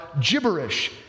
gibberish